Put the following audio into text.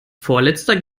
vorletzter